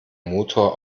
motor